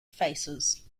faces